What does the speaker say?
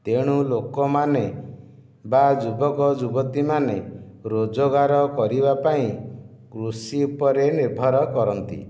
ତେଣୁ ଲୋକମାନେ ବା ଯୁବକ ଯୁବତୀ ମାନେ ରୋଜଗାର କରିବା ପାଇଁ କୃଷି ଉପରେ ନିର୍ଭର କରନ୍ତି